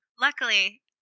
Luckily